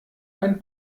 ein